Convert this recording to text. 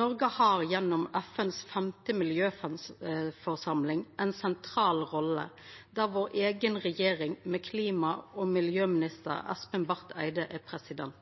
Noreg har gjennom FNs femte miljøforsamling ei sentral rolle, der klima- og miljøminister Espen Barth Eide frå vår eiga regjering er president. Klima- og